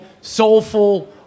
soulful